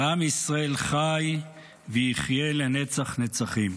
ועם ישראל חי ויחיה לנצח נצחים.